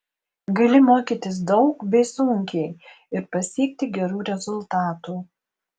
gali mokytis daug bei sunkiai ir pasiekti gerų rezultatų